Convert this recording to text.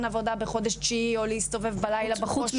עבודה בחודש תשיעי או להסתובב בלילה בחוץ.